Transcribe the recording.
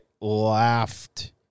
laughed